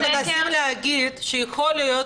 מה שאנחנו מנסים להגיד שיכול להיות